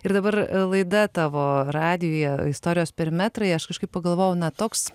ir dabar laida tavo radijuje istorijos perimetrai aš kažkaip pagalvojau na toks